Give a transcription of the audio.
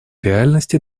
реальности